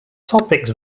topics